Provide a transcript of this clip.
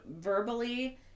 verbally